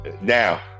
Now